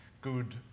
good